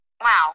Wow